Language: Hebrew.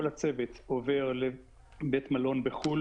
כל הצוות עובר לבית מלון בחו"ל,